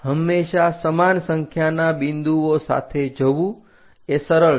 હંમેશા સમાન સંખ્યાના બિંદુઓ સાથે જવું એ સરળ છે